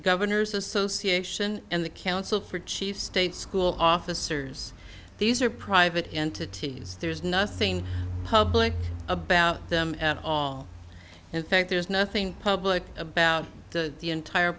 governors association and the council for chief state school officers these are private entities there is nothing public about them at all in fact there is nothing public about the entire